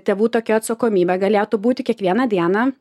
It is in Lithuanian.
tėvų tokia atsakomybė galėtų būti kiekvieną dieną